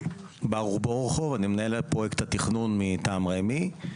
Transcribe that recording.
אני מנהל פרויקט התכנון מטעם רמ"י.